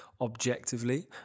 objectively